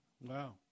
wow